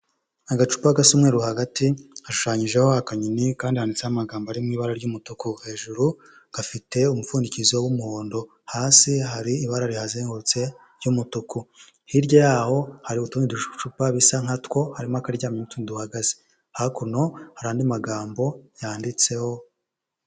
Agacupa gasa umweru hagati hashushanyijeho akanyoni kandi handitseho amagambo ari mu ibara ry'umutuku. Hejuru gafite umupfundikizo w'umuhondo. Hasi hari ibara rihazengurutse ry'umutuku. Hirya yaho hari utundi ducupa bisa nka two harimo akaryamye n'utundi duhagaze. Hakuno hari andi magambo yanditseho.